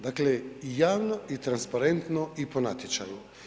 Dakle, javno i transparentno i po natječaju.